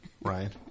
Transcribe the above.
Right